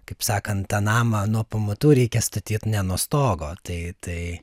kaip sakant tą namą nuo pamatų reikia statyt ne nuo stogo tai tai